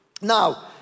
Now